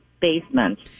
basement